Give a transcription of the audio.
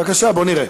בבקשה, בואי נראה.